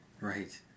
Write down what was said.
Right